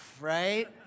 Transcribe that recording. right